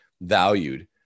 valued